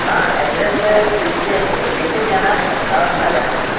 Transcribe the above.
आ एड्रेस् किञ्चित् यत् किञ्चित् जानामि तावत् न जानामि